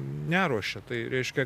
neruošia tai reiškia